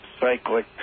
cyclic